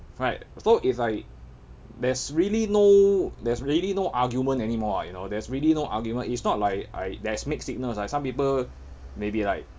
right so it's like there's really no there's really no argument anymore ah you know there's really no argument it's not like I there's mixed signal like some people may be like